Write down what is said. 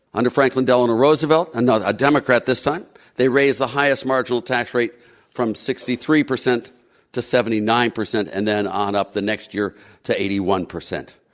under franklin delano roosevelt, and a democrat this time, they raised the highest marginal tax rate from sixty three percent to seventy nine percent and then on up the next year to eighty one percent.